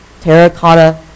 terracotta